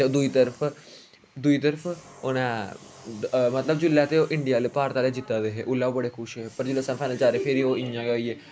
दूई तरफ दूई तरफ उ'नें मतलब कि जेल्लै ते इंडिया आहले भारत आहले जित्ता दे हे उल्लै ओह् बड़े खुश हे पर जेल्लै सैमी फाइनल हारे ते फिर ओह् इ'यां गै होई गे